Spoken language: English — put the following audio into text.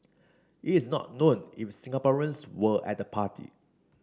it is not known if Singaporeans were at the party